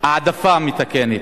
העדפה מתקנת",